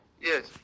Yes